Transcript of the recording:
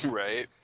right